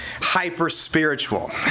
hyper-spiritual